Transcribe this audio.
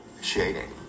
shading